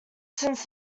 since